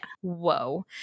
whoa